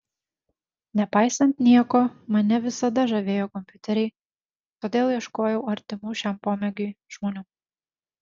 nepaisant nieko mane visada žavėjo kompiuteriai todėl ieškojau artimų šiam pomėgiui žmonių